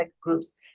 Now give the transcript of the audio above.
groups